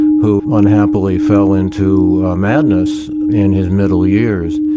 who unhappily fell into a madness in his middle years,